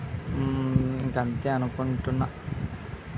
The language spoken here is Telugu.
ఇంకా అంతే అనుకుంటున్నా